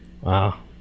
Wow